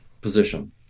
position